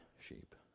sheep